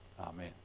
Amen